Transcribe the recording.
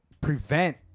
prevent